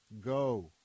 go